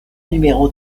numéro